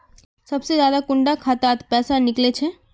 सबसे ज्यादा कुंडा खाता त पैसा निकले छे?